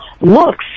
looks